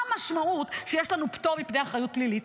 מה המשמעות שיש לנו פטור מפני אחריות פלילית